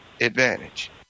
advantage